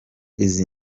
izi